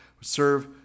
serve